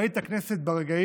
ראית את הכנסת ברגעים